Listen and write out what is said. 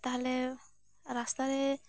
ᱛᱟᱦᱚᱞᱮ ᱨᱟᱥᱛᱟ ᱨᱮ